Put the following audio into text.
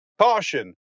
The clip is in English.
Caution